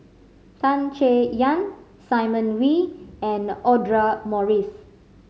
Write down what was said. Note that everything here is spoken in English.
Tan Chay Yan Simon Wee and Audra Morrice